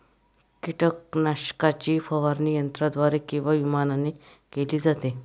कीटकनाशकाची फवारणी यंत्राद्वारे किंवा विमानाने केली जाते